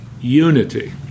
unity